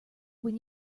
when